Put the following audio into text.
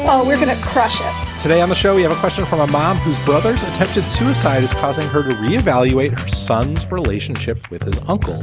we're going to crush it. today on the show, we have question from a mom whose brothers attempted suicide is causing her to re-evaluate her son's relationship with his uncle